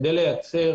כדי לייצר